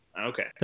Okay